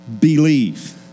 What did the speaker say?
believe